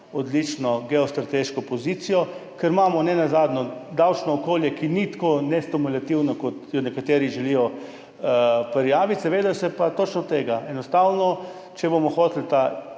odlično geostrateško pozicijo, ker imamo nenazadnje davčno okolje, ki ni tako nestimulativno, kot nekateri želijo prijaviti. Seveda je pa točno to, enostavno, če bomo hoteli